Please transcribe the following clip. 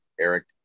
Eric